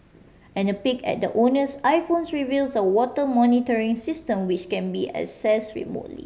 and a peek at the owner's iPhones reveals a water monitoring system which can be access remotely